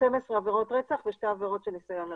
12 עבירות רצח ו-2 עבירות של ניסיון לרצח.